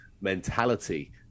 mentality